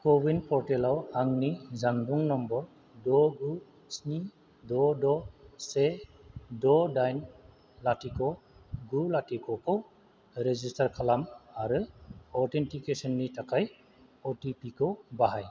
क' विन पर्टेलाव आंनि जानबुं नम्बर द' गु स्नि द' द' से द' दाइन लाथिख' गु लाथिख'खौ रेजिस्टार खालाम आरो अथेन्टिकेसननि थाखाय अटिपिखौ बाहाय